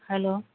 hello